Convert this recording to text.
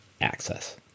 access